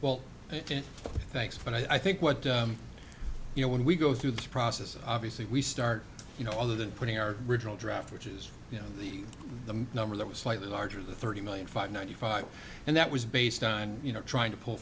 well thanks but i think what you know when we go through this process obviously we start you know other than putting our original draft which is you know the number that was slightly larger than thirty million five ninety five and that was based on you know trying to pull